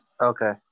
okay